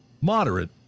moderate